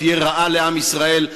שתהיה רעה לעם ישראל.